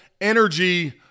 energy